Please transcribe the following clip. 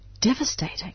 devastating